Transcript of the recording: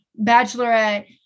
bachelorette